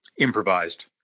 improvised